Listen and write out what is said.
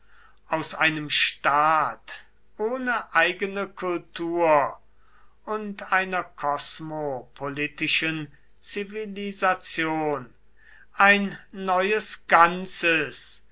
aus einem staat ohne eigene kultur und einer kosmopolitischen zivilisation ein neues ganzes